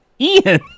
Ian